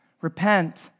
repent